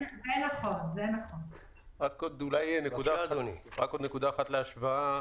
רק עד נקודה להשוואה